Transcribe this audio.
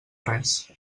res